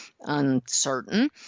uncertain